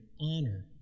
honor